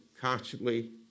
constantly